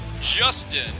Justin